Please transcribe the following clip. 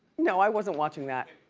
no, i wasn't watching that.